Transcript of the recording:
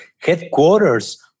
headquarters